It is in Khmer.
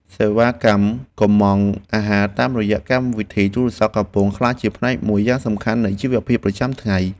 សេវាកម្មកុម្ម៉ង់អាហារតាមរយៈកម្មវិធីទូរស័ព្ទកំពុងក្លាយជាផ្នែកមួយយ៉ាងសំខាន់នៃជីវភាពប្រចាំថ្ងៃ។